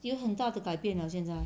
有很大的改变了现在